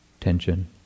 tension